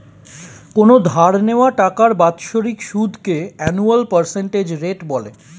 কোনো ধার নেওয়া টাকার বাৎসরিক সুদকে অ্যানুয়াল পার্সেন্টেজ রেট বলে